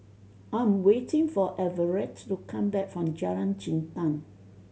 I am waiting for Everet to come back from Jalan Jintan